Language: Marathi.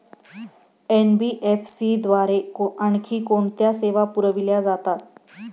एन.बी.एफ.सी द्वारे आणखी कोणत्या सेवा पुरविल्या जातात?